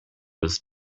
was